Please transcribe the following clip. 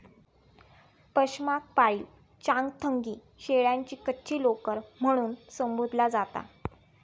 पशमाक पाळीव चांगथंगी शेळ्यांची कच्ची लोकर म्हणून संबोधला जाता